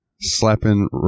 slapping